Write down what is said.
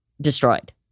destroyed